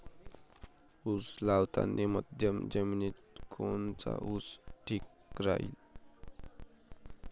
उस लावतानी मध्यम जमिनीत कोनचा ऊस ठीक राहीन?